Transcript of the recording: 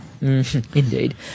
Indeed